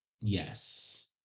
yes